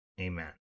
Amen